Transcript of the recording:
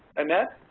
annette,